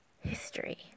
History